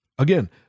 Again